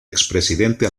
expresidente